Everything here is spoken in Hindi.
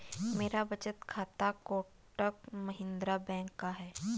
मेरा बचत खाता कोटक महिंद्रा बैंक का है